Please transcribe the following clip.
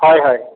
ᱦᱳᱭ ᱦᱳᱭ